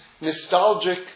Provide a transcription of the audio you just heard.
nostalgic